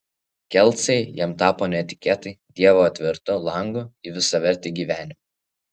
kelcai jam tapo netikėtai dievo atvertu langu į visavertį gyvenimą